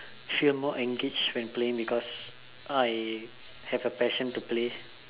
feel more engaged when playing because I have a passion to play